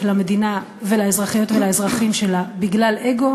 למדינה ולאזרחיות ולאזרחים שלה בגלל אגו,